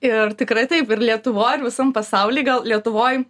ir tikrai taip ir lietuvoj ir visam pasauly gal lietuvoj